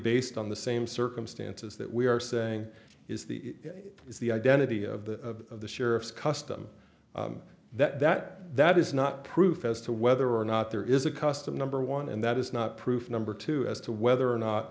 based on the same circumstances that we are saying is the is the identity of the of the sheriff's custom that that is not proof as to whether or not there is a custom number one and that is not proof number two as to whether or not